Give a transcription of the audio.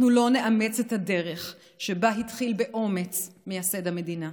אנחנו לא נאמץ את הדרך שבה התחיל באומץ מייסד המדינה.